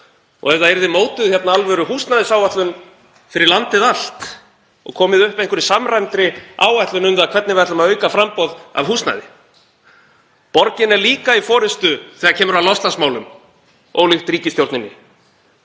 og ef mótuð yrði hérna alvöruhúsnæðisáætlun fyrir landið allt og komið upp einhverri samræmdri áætlun um það hvernig við ætlum að auka framboð af húsnæði. Borgin er líka í forystu þegar kemur að loftslagsmálum, ólíkt ríkisstjórninni.